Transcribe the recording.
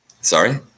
Sorry